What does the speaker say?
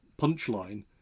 punchline